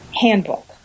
handbook